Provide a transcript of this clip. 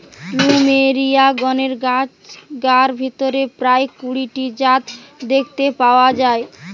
plumeria গণের গাছগার ভিতরে প্রায় কুড়ি টি জাত দেখতে পাওয়া যায়